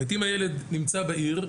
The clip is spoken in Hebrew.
זאת אומרת אם הילד נמצא בעיר,